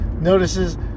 Notices